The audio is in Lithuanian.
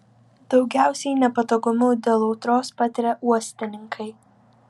daugiausiai nepatogumų dėl audros patiria uostininkai